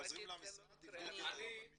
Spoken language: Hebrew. נחזור למשרד ונבדוק.